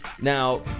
Now